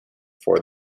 for